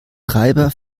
treiber